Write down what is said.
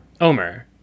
Omer